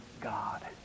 God